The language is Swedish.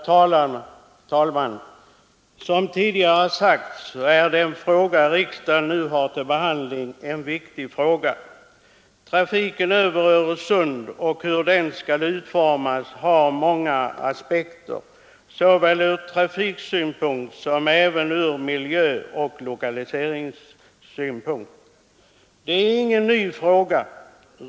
Herr talman! Som tidigare sagts är det en viktig fråga riksdagen nu behandlar. Trafiken över Öresund och hur den skall utformas har många aspekter, såväl ur trafiksynpunkt som ur miljöoch lokaliseringssynpunkt. Det är ingen ny fråga.